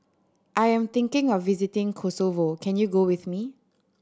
I am thinking of visiting Kosovo can you go with me